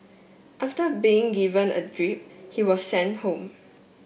after being given a drip he was sent home